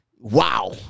wow